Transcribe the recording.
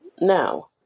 Now